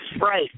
Right